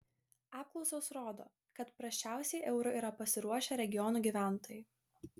apklausos rodo kad prasčiausiai eurui yra pasiruošę regionų gyventojai